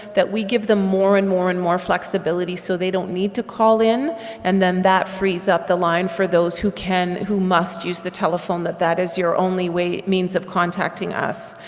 that we give them more and more and more flexibility so they don't need to call in and then that frees up the line for those who can, who must use the telephone that that is your only way, means of contacting us.